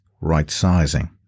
right-sizing